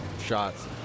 shots